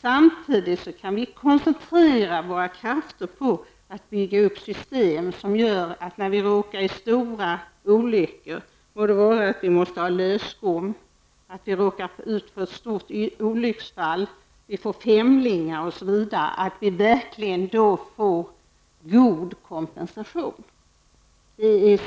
Samtidigt kan vi koncentrera våra krafter på att bygga upp system som gör att man när man råkar ut fär stora olyckor, det kan vara att behöva en lösgom, ett stort olycksfall, att man får femlingar osv. att drabbas av verkligen får god kompensation. Det är